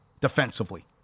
defensively